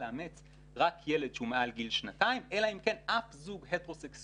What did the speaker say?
לאמץ רק ילד שהוא מעל גיל שנתיים אלא אם כן אף זוג הטרוסקסואלי,